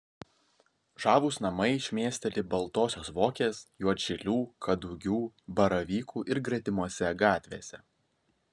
žavūs namai šmėsteli baltosios vokės juodšilių kadugių baravykų ir gretimose gatvėse